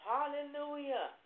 Hallelujah